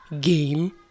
game